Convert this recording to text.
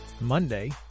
Monday